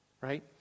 right